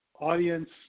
audience